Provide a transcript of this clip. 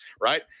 right